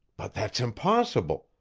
but that's impossible!